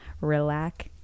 relax